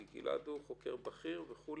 כי גלעד הוא חוקר בכיר וכולי.